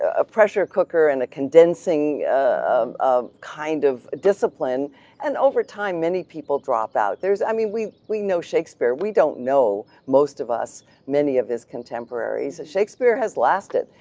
a pressure cooker and a condensing kind of kind of discipline and over time many people drop out. there's, i mean we we know shakespeare. we don't know, most of us, many of his contemporaries. shakespeare has lasted.